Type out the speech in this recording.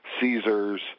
Caesars